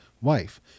wife